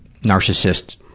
narcissist